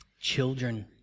Children